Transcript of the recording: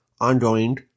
ongoing